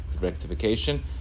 rectification